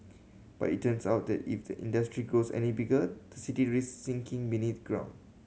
but it turns out that if the industry grows any bigger the city risks sinking beneath ground